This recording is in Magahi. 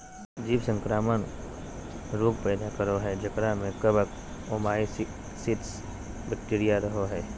जीव संक्रामक रोग पैदा करो हइ जेकरा में कवक, ओमाइसीट्स, बैक्टीरिया रहो हइ